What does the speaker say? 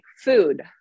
food